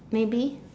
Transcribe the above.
maybe